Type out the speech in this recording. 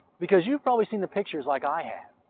because you've probably seen pictures like i ah